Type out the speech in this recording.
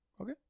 Okay